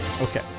Okay